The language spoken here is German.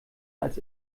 als